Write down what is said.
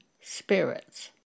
spirits